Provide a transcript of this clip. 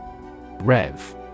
Rev